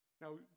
Now